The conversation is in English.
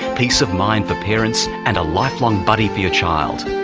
peace of mind for parents and a lifelong buddy for your child.